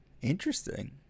Interesting